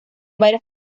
varias